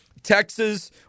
Texas